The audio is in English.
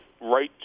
right